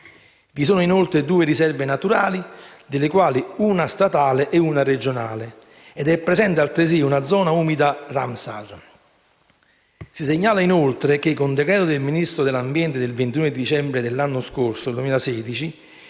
Vi sono, inoltre, due riserve naturali, delle quali una statale e una regionale ed è presente, altresì, una zona umida Ramsar. Si segnala, inoltre, che, con decreto del Ministro dell'ambiente del 22 dicembre 2016,